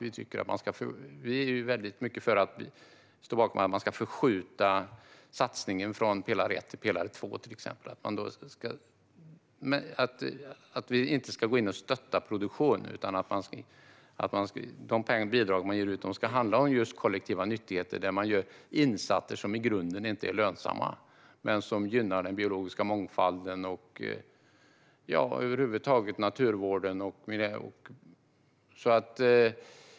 Vi är mycket för att förskjuta satsningen från första till andra pelaren. Man ska inte gå in och stötta produktion utan ge bidrag till kollektiva nyttigheter där man gör insatser som i grunden inte är lönsamma men som gynnar den biologiska mångfalden och naturvården generellt.